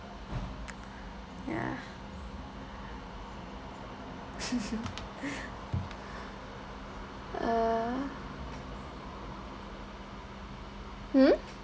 ya uh mm